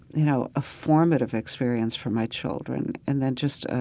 you know, a formative experience for my children. and then just a,